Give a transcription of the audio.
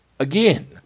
Again